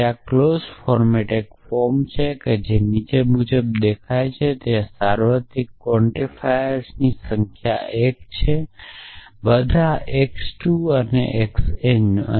અને close form એક form છે જે નીચે મુજબ દેખાય છે ત્યાં સાર્વત્રિક ક્વોન્ટિફાયર્સની સંખ્યા 1 છે બધા x 2 બધા એક્સ એન